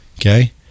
okay